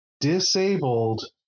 disabled